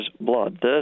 blood